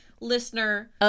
listener